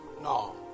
No